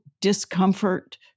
discomfort